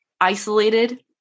isolated